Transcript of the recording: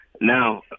now